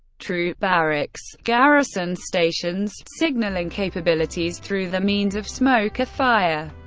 troop barracks, garrison stations, signaling capabilities through the means of smoke or fire,